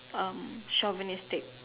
um chauvinistic